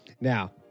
Now